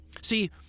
See